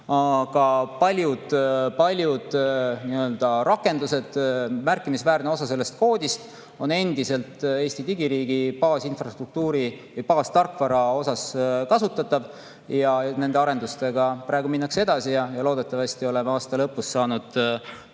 aga paljud rakendused, märkimisväärne osa sellest koodist on endiselt Eesti digiriigi baasinfrastruktuuri, baastarkvara osas kasutatav. Nende arendustega praegu minnakse edasi ja loodetavasti oleme aasta lõpus saanud